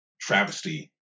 travesty